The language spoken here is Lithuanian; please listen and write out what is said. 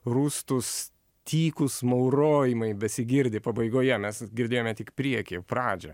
rūstūs tykūs maurojimai besigirdi pabaigoje mes girdėjome tik priekį pradžią